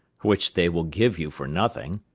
which they will give you for nothing.